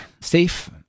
safe